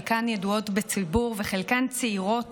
חלקן ידועות בציבור וחלקן צעירות